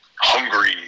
Hungry